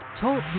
TALK